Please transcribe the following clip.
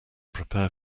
prepare